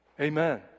Amen